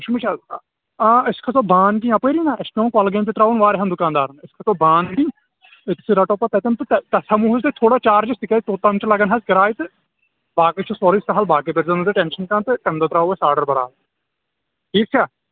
أشۍ مُج حظ آ أسۍ کھَسو بان کِنۍ اَپٲری نا اَسہِ چھُ پیٚوان کۅلگٲمۍ تہِ ترٛاوُن واریاہَن دُکانٛدارن تہِ أسۍ کھَسو بانٛگڈی أسۍ تہِ رَٹو پَتہٕ تتَن تہٕ تَتھ ہیٚمو أسۍ تھوڑا چارجِز تِکیٛاز توٚتام چھِ لگان حظ کِراے تہٕ باقٕے چھُ سورُے سہل باقٕے بٔرۍزیوٚ نہٕ ٹینٛشن کانٛہہ تہٕ تَمہِ دۄہ ترٛاوَو أسۍ آرڈر برابر ٹھیٖک چھا